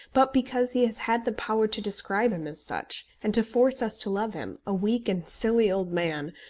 but because he has had the power to describe him as such, and to force us to love him, a weak and silly old man,